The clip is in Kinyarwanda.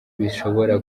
bishobora